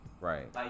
Right